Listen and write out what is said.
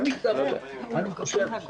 גם מס הכנסה --- זה מתבקש.